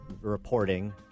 reporting